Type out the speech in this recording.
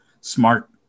smart